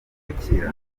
agakira